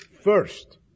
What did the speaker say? first